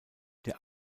der